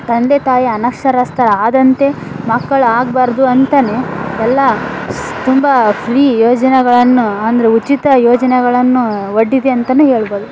ತಂದೆ ತಾಯಿ ಅನಕ್ಷರಸ್ಥರು ಆದಂತೆ ಮಕ್ಕಳು ಆಗಬಾರ್ದು ಅಂತನೇ ಎಲ್ಲ ಸ್ ತುಂಬ ಫ್ರೀ ಯೋಜನೆಗಳನ್ನು ಅಂದರೆ ಉಚಿತ ಯೋಜನೆಗಳನ್ನೂ ಒಡ್ಡಿದೆ ಅಂತನೂ ಹೇಳ್ಬೋದು